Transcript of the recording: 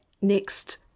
next